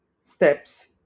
steps